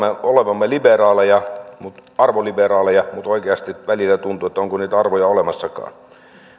olevamme arvoliberaaleja mutta oikeasti välillä tuntuu että onko niitä arvoja olemassakaan